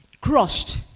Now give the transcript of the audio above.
crushed